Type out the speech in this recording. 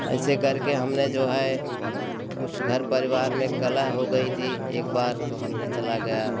ऐसे करके हमने जो है कुछ घर परिवार में कलह हो गई थी एक बार तो हमने चला गया